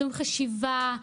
שום חשיבה,